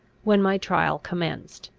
when my trial commenced.